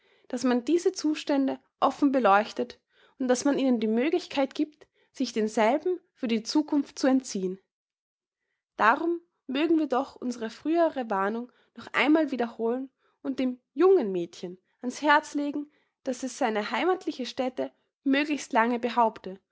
daß man diese zustände offen beleuchtet und daß man ihnen die möglichkeit gibt sich denselben für die zukunft zu entziehen darum mögen wir doch unsere frühere warnung noch einmal wiederholen und dem jungen mädchen an's herz legen daß es seine heimathliche stätte möglichst lange behaupte